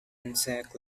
insect